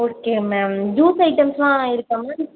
okay ma'am juice ஐட்டம்ஸுலாம் இருக்கா ma'am